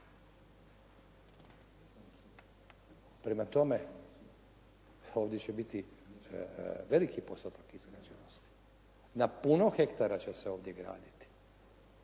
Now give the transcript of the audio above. Prema tome, ovdje će biti veliki postotak izgrađenosti, na puno hektara će se ovdje graditi.